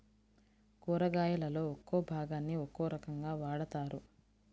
కూరగాయలలో ఒక్కో భాగాన్ని ఒక్కో రకంగా వాడతారు